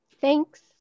Thanks